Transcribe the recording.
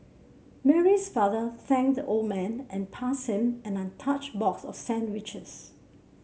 Mary's father thanked the old man and passed him an untouched box of sandwiches